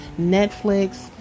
netflix